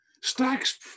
Stacks